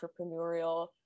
entrepreneurial